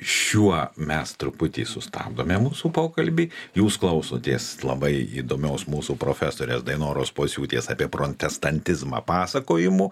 šiuo mes truputį sustabdome mūsų pokalbį jūs klausotės labai įdomios mūsų profesorės dainoros pociūtės apie protestantizmą pasakojimų